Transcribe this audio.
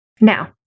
Now